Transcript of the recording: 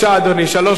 שלוש דקות.